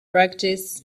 practice